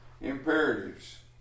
imperatives